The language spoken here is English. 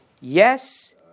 yes